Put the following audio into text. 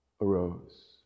arose